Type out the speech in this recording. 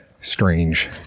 strange